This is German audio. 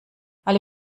alle